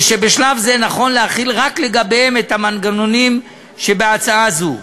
ושבשלב זה נכון להחיל רק לגביהם את המנגנונים שבהצעה זו.